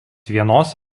vienos